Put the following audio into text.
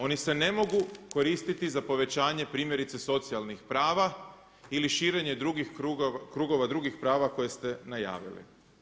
Oni se ne mogu koristiti za povećanje primjerice socijalnih prava ili širenje krugova drugih prava koje ste najavili.